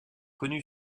connue